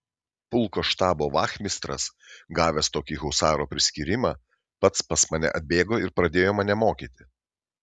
pulko štabo vachmistras gavęs tokį husaro priskyrimą pats pas mane atbėgo ir pradėjo mane mokyti